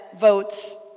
votes